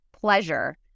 pleasure